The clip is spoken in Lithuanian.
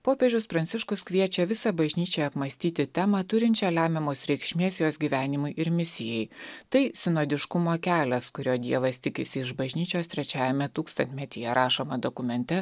popiežius pranciškus kviečia visą bažnyčią apmąstyti temą turinčią lemiamos reikšmės jos gyvenimui ir misijai tai sinodiškumo kelias kurio dievas tikisi iš bažnyčios trečiajame tūkstantmetyje rašoma dokumente